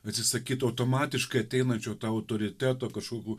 atsisakyt automatiškai ateinančio to autoriteto kažkokių